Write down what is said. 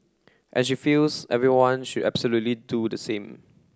and she feels everyone should absolutely do the same